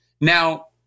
Now